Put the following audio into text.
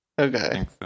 Okay